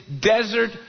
desert